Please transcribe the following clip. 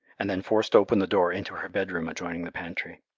and then forced open the door into her bedroom adjoining the pantry.